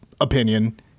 opinion